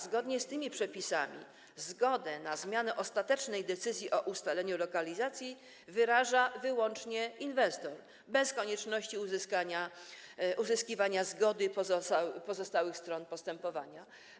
Zgodnie z tymi przepisami zgodę na zmianę ostatecznej decyzji o ustaleniu lokalizacji wyraża wyłącznie inwestor, bez konieczności uzyskiwania zgody pozostałych stron postępowania.